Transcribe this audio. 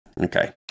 Okay